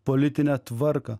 politinę tvarką